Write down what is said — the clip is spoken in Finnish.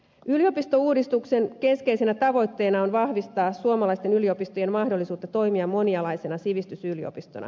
yliopistouudistuksen keskeisenä tavoitteena on vahvistaa suomalaisten yliopistojen mahdollisuutta toimia monialaisena sivistysyliopistona